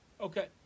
Okay